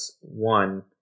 one